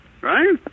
Right